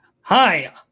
Hi